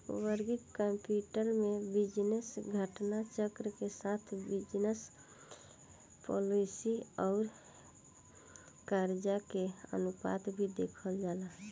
working capital में business घटना चक्र के साथ बिजनस पॉलिसी आउर करजा के अनुपात भी देखल जाला